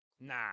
nah